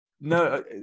no